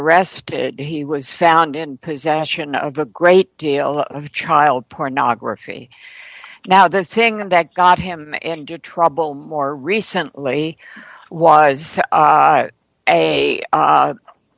arrested he was found in possession of a great deal of child pornography now the thing that got him into trouble more recently was a